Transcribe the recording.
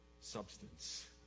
substance